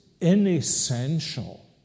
inessential